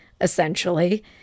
essentially